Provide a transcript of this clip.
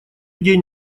день